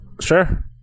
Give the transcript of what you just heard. Sure